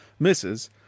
misses